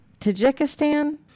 Tajikistan